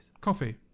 Coffee